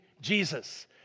Jesus